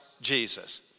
Jesus